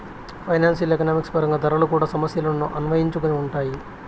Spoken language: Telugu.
ఫైనాన్సియల్ ఎకనామిక్స్ పరంగా ధరలు కూడా సమస్యలను అన్వయించుకొని ఉంటాయి